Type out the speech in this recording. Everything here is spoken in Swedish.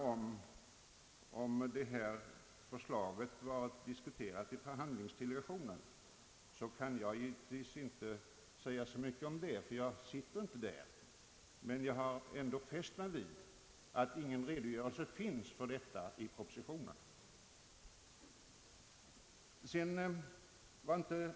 Beträffande det förslag som diskuterats i förhandlingsdelegationen kan jag inte säga något, eftersom jag inte är ledamot i denna delegation. Men jag har fäst mig vid att ingen redogörelse för dessa överläggningar lämnas i propositionen.